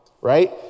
right